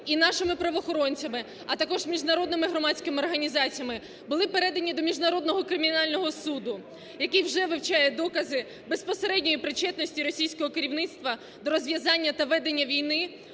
і нашими правоохоронцями, а також міжнародними громадськими організаціями, були передані до Міжнародного кримінального суду, який вже вивчає докази безпосередньої причетності російського керівництва до розв'язання та ведення війни